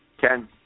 Ken